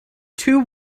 two